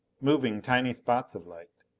moving, tiny spots of light!